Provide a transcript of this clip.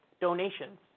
donations